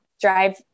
drive